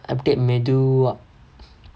அப்புடியே மெதுவா:appudiyae methuvaa